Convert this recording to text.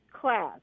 class